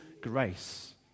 grace